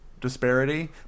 disparity